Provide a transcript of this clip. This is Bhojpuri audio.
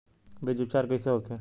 बीज उपचार कइसे होखे?